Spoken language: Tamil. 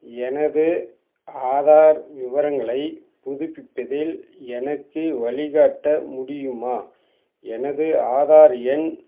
எனது ஆதார் விவரங்களைப் புதுப்பிப்பதில் எனக்கு வழிகாட்ட முடியுமா எனது ஆதார் எண்